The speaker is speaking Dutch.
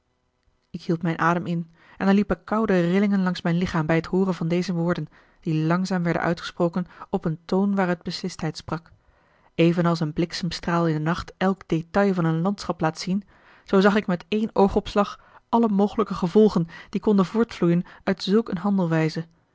ik hield mijn adem in en er liepen koude rillingen langs mijn lichaam hij het hooren van deze woorden die langzaam werden uitgesproken op een toon waaruit beslistheid sprak evenals een bliksemstraal in den nacht elk detail van een landschap laat zien zoo zag ik met een oogopslag alle mogelijke gevolgen die konden voortvloeien